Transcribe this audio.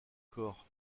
corps